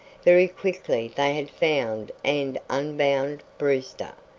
very quickly they had found and unbound brewster,